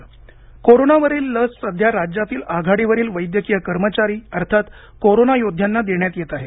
bite intro कोरोनावरील लस सध्या राज्यातील आघाडीवरील वैद्यकीय कर्मचारी अर्थात् कोरोना योद्ध्यांना देण्यात येत आहे